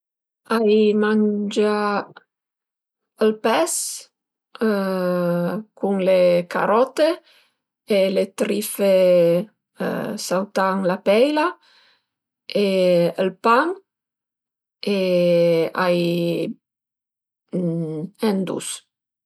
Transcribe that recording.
Ai mangià ël pes cun le carote e le trife sautà ën la peila e ël pan e ai ën dus